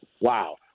wow